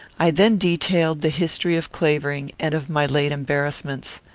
i then detailed the history of clavering and of my late embarrassments.